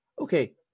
Okay